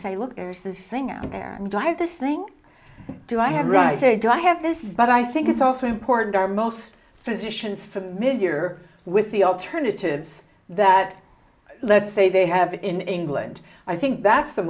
say look there's this thing out there drive this thing do i have run i said i have this but i think it's also important are most physicians familiar with the alternatives that let's say they have in england i think that's